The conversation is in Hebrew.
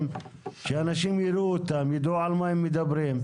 כדי שאנשים יראו אותן ויידעו על מה מדברים.